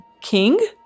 King